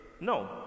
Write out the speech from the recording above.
no